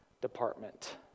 department